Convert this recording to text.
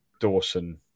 Dawson